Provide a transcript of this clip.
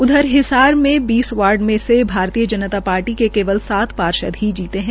उधर हिसार में बीस वार्ड में से भारतीय जनता पार्टी के केवल सात पार्षद ही जीते है